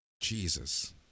Jesus